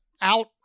out